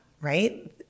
right